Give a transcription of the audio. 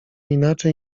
inaczej